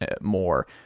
more